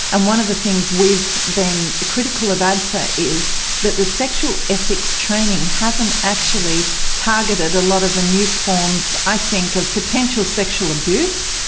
and one of the things we've been critical of adfa is that the sexual ethics training hasn't actually targeted a lot of the new forms, i think of potential sexual abuse,